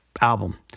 album